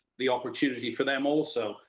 the opportunity for them also,